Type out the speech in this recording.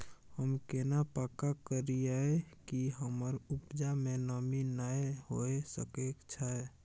हम केना पक्का करियै कि हमर उपजा में नमी नय होय सके छै?